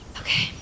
okay